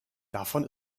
davon